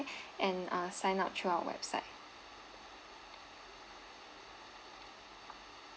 and uh sign up through our website